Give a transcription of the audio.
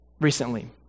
recently